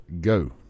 go